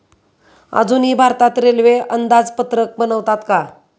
अजूनही भारतात रेल्वे अंदाजपत्रक बनवतात का?